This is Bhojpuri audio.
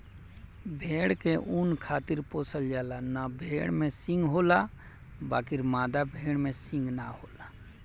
भेड़ के ऊँन खातिर पोसल जाला, नर भेड़ में सींग होला बकीर मादा भेड़ में सींग ना होला